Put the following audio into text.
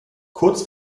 kurz